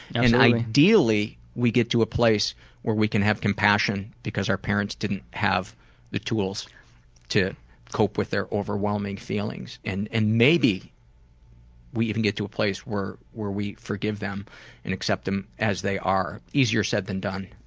and and ideally we get to a place where we can have compassion because our parents didn't have the tools to cope with their overwhelming feelings and and maybe we even get to a place where where we forgive them and accept them as they are. easier said than done.